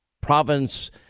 province